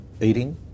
eating